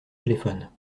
téléphone